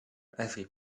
every